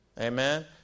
Amen